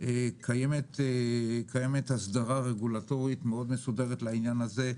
קיימת הסדרה רגולטורית מאוד מסודרת לעניין הזה,